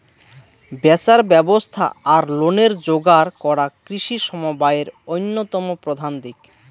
ব্যাচার ব্যবস্থা আর লোনের যোগার করা কৃষি সমবায়ের অইন্যতম প্রধান দিক